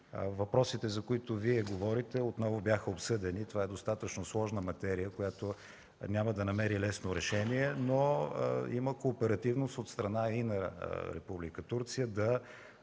Въпросите, за които Вие говорите, отново бяха обсъдени. Това е достатъчно сложна материя, която няма да намери лесно решение, но има кооперативност от страна и на Република